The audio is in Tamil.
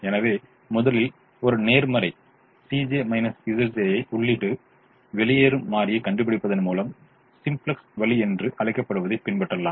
எனவே முதலில் ஒரு நேர்மறை ஐ உள்ளிட்டு வெளியேறும் மாறியைக் கண்டுபிடிப்பதன் மூலம் சிம்ப்ளக்ஸ் வழி என்று அழைக்கப்படுவதைப் பின்பற்றலாம்